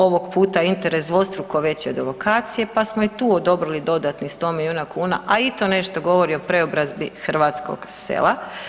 Ovog puta je interes dvostruko veći od alokacije pa smo i tu odobrili dodatnih 100 milijuna kuna, a i to nešto govori o preobrazbi hrvatskog sela.